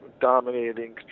dominating